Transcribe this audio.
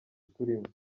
turimo